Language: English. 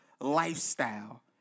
lifestyle